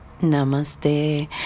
Namaste